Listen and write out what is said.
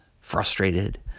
frustrated